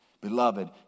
Beloved